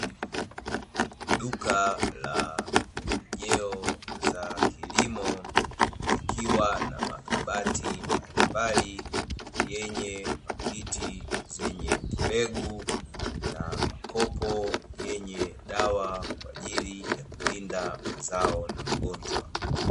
Duka la pembejeo za kilimo likiwa na makabati mbalimbali yenye pakiti zenye mbegu na makopo yenye dawa kwa ajili ya kulinda mazao na magonjwa.